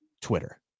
Twitter